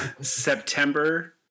September